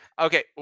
okay